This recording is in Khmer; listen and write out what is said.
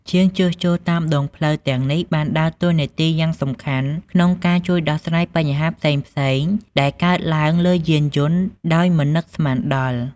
ជាងជួសជុលតាមដងផ្លូវទាំងនេះបានដើរតួនាទីយ៉ាងសំខាន់ក្នុងការជួយដោះស្រាយបញ្ហាផ្សេងៗដែលកើតឡើងលើយានយន្តដោយមិននឹកស្មានដល់។